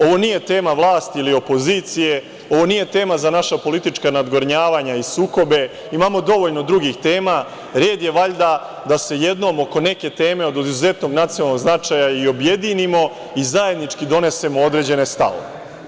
Ovo nije tema vlasti ili opozicije, ovo nije tema za naša politička nadgornjavanja i sukobe, imamo dovoljno drugih tema, red je valjda da se jednom oko neke teme od izuzetnog nacionalnog značaja i objedinimo i zajednički donesemo određene stavove.